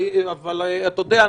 אבל אתה יודע,